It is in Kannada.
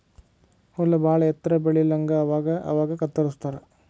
ಹುಲ್ಲ ಬಾಳ ಎತ್ತರ ಬೆಳಿಲಂಗ ಅವಾಗ ಅವಾಗ ಕತ್ತರಸ್ತಾರ